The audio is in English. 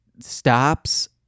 stops